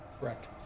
correct